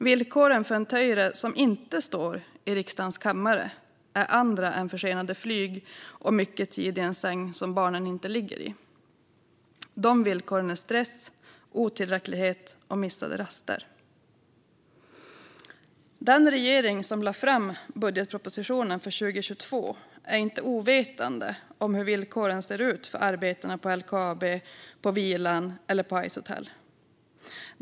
Villkoren för en Töyrä som inte står i riksdagens kammare är andra än försenade flyg och mycket tid i en säng som barnen inte ligger i. De villkoren är stress, otillräcklighet och missade raster. Den regering som lade fram budgetpropositionen för 2022 är inte ovetande om hur villkoren ser ut för arbetarna på LKAB, på Vilan eller på Icehotel.